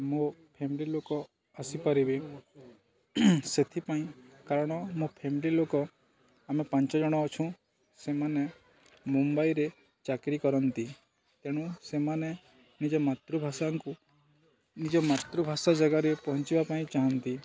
ମୋ ଫ୍ୟାମିଲି ଲୋକ ଆସିପାରିବେ ସେଥିପାଇଁ କାରଣ ମୋ ଫ୍ୟାମିଲି ଲୋକ ଆମେ ପାଞ୍ଚ ଜଣ ଅଛୁଁ ସେମାନେ ମୁମ୍ବାଇରେ ଚାକିରୀ କରନ୍ତି ତେଣୁ ସେମାନେ ନିଜ ମାତୃଭାଷାଙ୍କୁ ନିଜ ମାତୃଭାଷା ଜାଗାରେ ପହଞ୍ଚିବା ପାଇଁ ଚାହାଁନ୍ତି